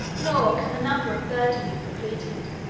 nor can the number of thirty be completed,